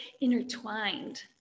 intertwined